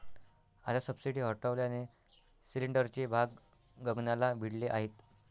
आता सबसिडी हटवल्याने सिलिंडरचे भाव गगनाला भिडले आहेत